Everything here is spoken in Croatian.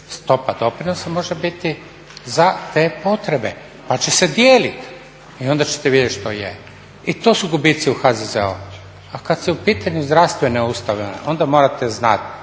Stopa doprinosa može biti za te potrebe pa će se dijeliti. I onda ćete vidjeti što je. I to su gubici u HZZO-u. A kad su u pitanju zdravstvene ustanove onda morate znati